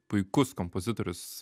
puikus kompozitorius